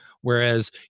whereas